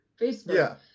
Facebook